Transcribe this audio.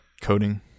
coding